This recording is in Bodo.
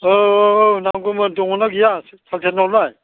औ औ औ नांगौमोन दङ ना गैया सालथेनावलाय